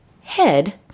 head